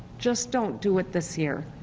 just don't do it this year,